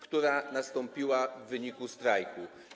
która nastąpiła w wyniku strajku.